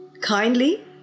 kindly